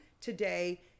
today